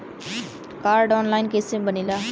Card online कइसे बनेला?